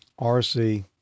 RC